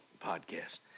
podcast